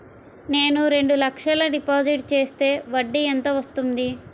నేను రెండు లక్షల డిపాజిట్ చేస్తే వడ్డీ ఎంత వస్తుంది?